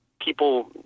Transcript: people